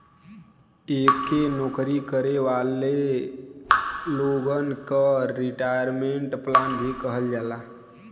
एके नौकरी करे वाले लोगन क रिटायरमेंट प्लान भी कहल जाला